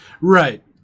Right